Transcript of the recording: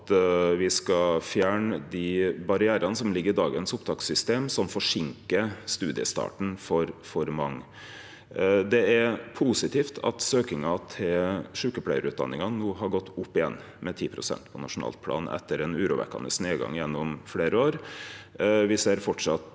me skal fjerne dei barrierane som i dagens opptakssystem forsinkar studiestarten for mange. Det er positivt at søkinga til sjukepleiarutdanningane har gått opp igjen med 10 pst. på nasjonalt plan etter ein urovekkjande nedgang gjennom fleire år.